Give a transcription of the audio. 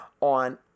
on